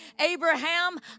Abraham